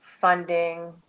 funding